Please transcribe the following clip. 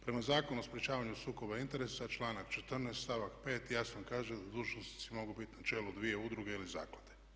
Prema Zakonu o sprječavanju sukoba interesa članak 14. stavak 5. jasno kaže da dužnosnici mogu biti na čelu dvije udruge ili zaklade.